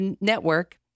network